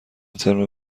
ترم